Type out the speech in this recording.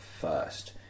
first